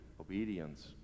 obedience